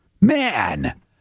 Man